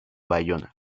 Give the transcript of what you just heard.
bayona